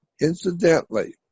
Incidentally